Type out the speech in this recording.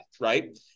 right